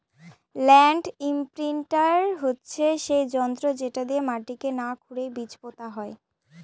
land imprinter হচ্ছে সেই যন্ত্র যেটা দিয়ে মাটিকে না খুরেই বীজ পোতা হয়